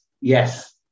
yes